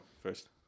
first